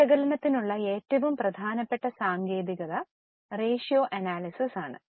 വിശകലനത്തിനുള്ള ഏറ്റവും പ്രധാനപ്പെട്ട സാങ്കേതികത റേഷ്യോ അനാലിസിസ് ആണ്